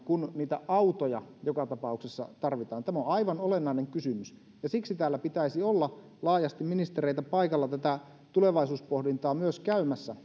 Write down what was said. kun autoja joka tapauksessa tarvitaan tämä on aivan olennainen kysymys ja siksi täällä pitäisi olla laajasti ministereitä paikalla tätä tulevaisuuspohdintaa myös käymässä